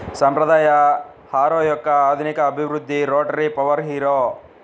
సాంప్రదాయ హారో యొక్క ఆధునిక అభివృద్ధి రోటరీ పవర్ హారో